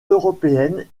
européennes